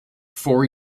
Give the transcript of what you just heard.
four